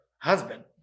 husband